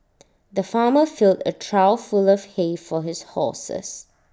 the farmer filled A trough full of hay for his horses